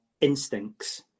instincts